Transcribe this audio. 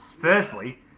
Firstly